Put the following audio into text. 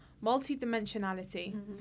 multi-dimensionality